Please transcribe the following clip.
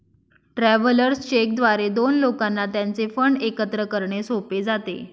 travellers cheque द्वारे दोन लोकांना त्यांचे फंड एकत्र करणे सोपे जाते